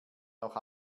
noch